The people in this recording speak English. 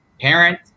parent